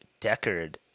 Deckard